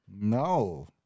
no